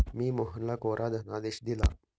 मी मोहनला कोरा धनादेश दिला